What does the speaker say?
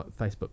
Facebook